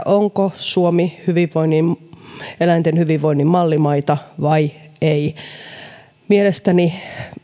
onko suomi eläinten hyvinvoinnin mallimaita vai ei mielestäni